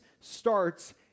starts